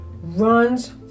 runs